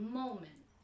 moment